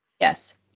Yes